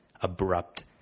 abrupt